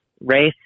race